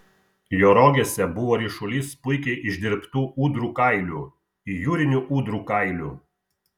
jo rogėse buvo ryšulys puikiai išdirbtų ūdrų kailių jūrinių ūdrų kailių